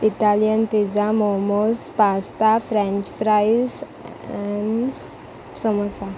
Italian pizza momos pasta French fries and samosa